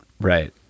right